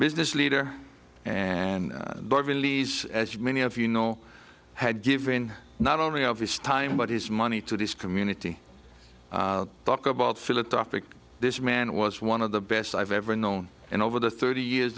business leader and billy's as many of you know had given not only of his time but his money to this community talk about philanthropic this man was one of the best i've ever known and over the thirty years